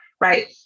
right